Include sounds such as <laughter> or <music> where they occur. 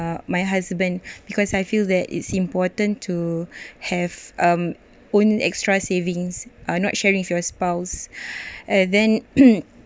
uh my husband because I feel that it's important to have um own extra savings uh not sharing if your spouse and then <coughs>